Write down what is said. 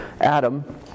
Adam